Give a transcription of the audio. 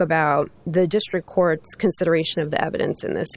about the district court's consideration of the evidence in this